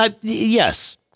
yes